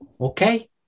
Okay